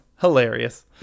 hilarious